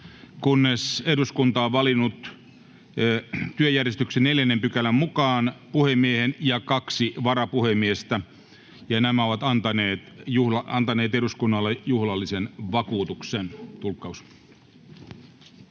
kunnes eduskunta on työjärjestyksen 4 §:n mukaan valinnut puhemiehen ja kaksi varapuhemiestä ja nämä ovat antaneet eduskunnalle juhlallisen vakuutuksen.